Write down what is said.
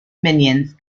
minions